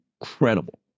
incredible